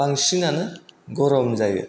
बांसिनानो गरम जायो